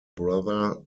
brother